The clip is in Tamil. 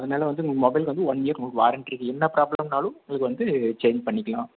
அதனால் வந்து உங்களுக்கு மொபைல் வந்து ஒன் இயர் உங்களுக்கு வாரண்ட்டி என்ன ப்ராப்லம்ன்னாலும் உங்களுக்கு வந்து சேஞ்ச் பண்ணிக்கலாம்